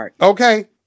okay